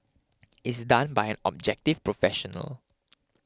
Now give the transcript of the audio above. is done by an objective professional